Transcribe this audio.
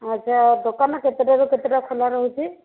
ଆଚ୍ଛା ଦୋକାନ କେତେଟାରୁ କେତେଟା ଖୋଲା ରହୁଛି